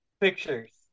pictures